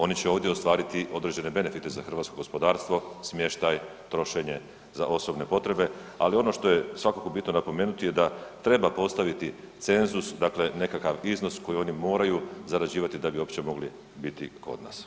Oni će ovdje ostvariti određene benefite za hrvatskog gospodarstvo, smještaj, trošenje za osobne potrebe, ali ono što je svakako bitno napomenuti je da treba postaviti cenzus, dakle nekakav iznos koji oni moraju zarađivati da bi uopće mogli biti kod nas.